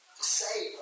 save